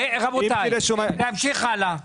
תמשיך הלאה.